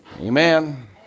Amen